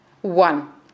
One